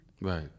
Right